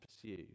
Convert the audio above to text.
pursue